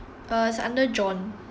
uh it's under john